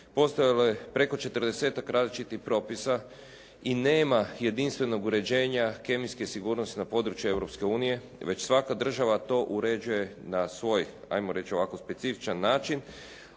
postojalo je preko 40-ak različitih propisa i nema jedinstvenog uređenja kemijske sigurnosti na području Europske unije i već svaka država to uređuje na svoj, ajmo reći ovako specifičan način.